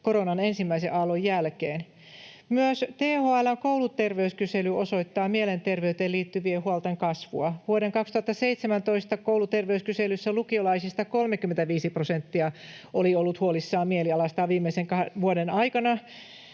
koronan ensimmäisen aallon jälkeen. Myös THL:n kouluterveyskysely osoittaa mielenterveyteen liittyvien huolten kasvua. Vuoden 2017 kouluterveyskyselyssä lukiolaisista 35 prosenttia oli ollut huolissaan mielialastaan viimeisen vuoden aikana.